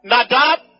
Nadab